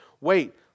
Wait